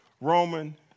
Roman